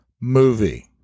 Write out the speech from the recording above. movie